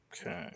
okay